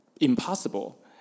impossible